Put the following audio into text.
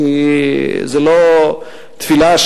כי זו ודאי